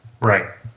Right